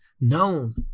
known